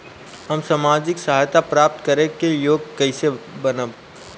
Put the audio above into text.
हम सामाजिक सहायता प्राप्त करे के योग्य कइसे बनब?